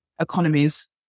economies